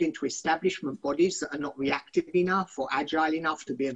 אנחנו מפיצים בשפות רבות את המידע הנכון ומחנכים,